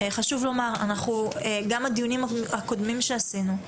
חשוב לומר שגם בדיונים הקודמים שעשינו,